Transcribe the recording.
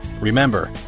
Remember